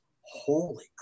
holy